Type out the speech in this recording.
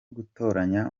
gutoranya